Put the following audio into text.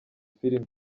film